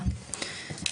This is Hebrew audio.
אני מודה לך מאוד תודה רבה,